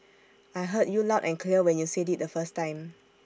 I heard you loud and clear when you said IT the first time